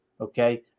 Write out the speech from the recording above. Okay